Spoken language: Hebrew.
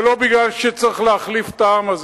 זה לא בגלל שצריך להחליף את העם הזה,